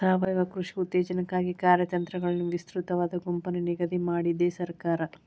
ಸಾವಯವ ಕೃಷಿ ಉತ್ತೇಜನಕ್ಕಾಗಿ ಕಾರ್ಯತಂತ್ರಗಳನ್ನು ವಿಸ್ತೃತವಾದ ಗುಂಪನ್ನು ನಿಗದಿ ಮಾಡಿದೆ ಸರ್ಕಾರ